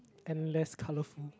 and less colourful